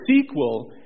sequel